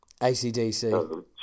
ACDC